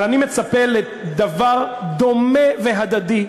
אבל אני מצפה לדבר דומה והדדי,